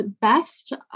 best